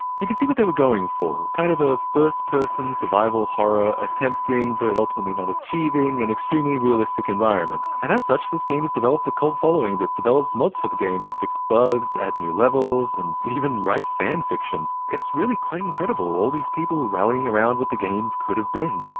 you can see what they were going for. kind of a first person survival horror attempting, but ultimately not achieving, an extremely realistic environment. and as such, this game has developed a cult following that develops mods for the game to fix bugs, add new levels, and even write fanfiction. it's really quite incredible, all these people rallying around what the game could have been.